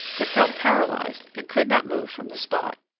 but felt paralyzed and could not move from the spot.